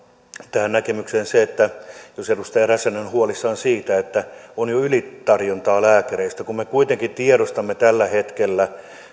tähän näkemykseen jos edustaja räsänen on huolissaan siitä että on jo ylitarjontaa lääkäreistä kun me kuitenkin tiedostamme tällä hetkellä